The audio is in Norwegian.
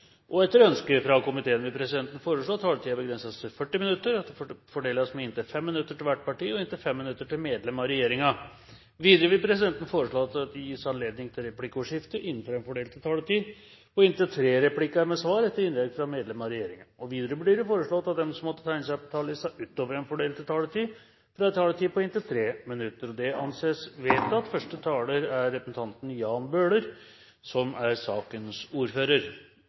7. Etter ønske fra justiskomiteen vil presidenten foreslå at taletiden begrenses til 40 minutter og fordeles med inntil 5 minutter til hvert parti og inntil 5 minutter til medlem av regjeringen. Videre vil presidenten foreslå at det gis anledning til replikkordskifte på inntil tre replikker med svar etter innlegg fra medlem av regjeringen innenfor den fordelte taletid. Videre blir det foreslått at de som måtte tegne seg på talerlisten utover den fordelte taletid, får en taletid på inntil 3 minutter. – Det anses vedtatt. Dessverre er det slik at barn og unge i deler av landet, særlig i de store byene, utsettes for narkotikalangere som